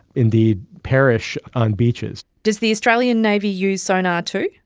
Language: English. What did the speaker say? indeed perish on beaches. does the australian navy use sonar too?